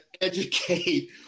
educate